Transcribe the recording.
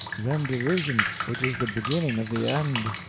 then derision, which is the beginning of the end.